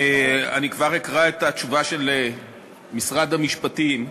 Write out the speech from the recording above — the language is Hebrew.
אני כבר אקרא את התשובה של משרד המשפטים,